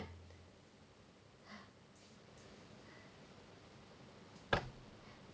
then after that after that 之后开始啊就每天去 lah until 他们真的是变得让兄没讲的那个